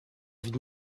avais